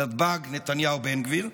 נתב"ג: נתניהו-בן גביר,